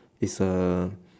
it's a